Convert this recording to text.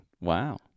Wow